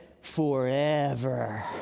forever